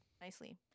nicely